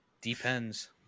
depends